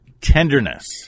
tenderness